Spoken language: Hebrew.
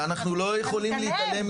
אתה מתעלם.